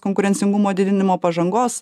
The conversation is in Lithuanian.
konkurencingumo didinimo pažangos